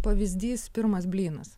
pavyzdys pirmas blynas